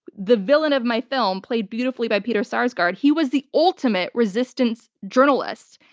the villain of my film played beautifully by peter sarsgaard, he was the ultimate resistance journalist.